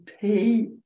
pay